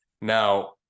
Now